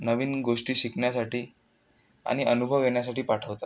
नवीन गोष्टी शिकण्यासाठी आणि अनुभव येण्यासाठी पाठवतात